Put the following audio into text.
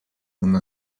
una